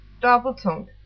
double-tongued